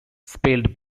spelled